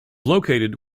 located